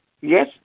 Yes